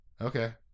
Okay